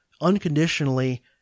unconditionally